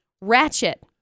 Ratchet